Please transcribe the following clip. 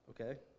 okay